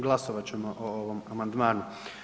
Glasovat ćemo o ovom amandmanu.